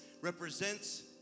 represents